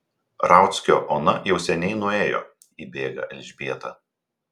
rauckio ona jau seniai nuėjo įbėga elžbieta